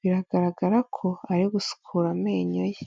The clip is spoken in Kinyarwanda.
Biragaragara ko ari gusukura amenyo ye.